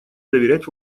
доверять